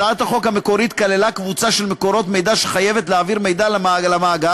הצעת החוק המקורית כללה קבוצה של מקורות מידע שחייבת להעביר מידע למאגר,